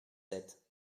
sept